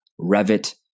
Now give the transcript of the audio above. Revit